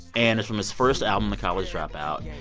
and it's from his first album, the college dropout.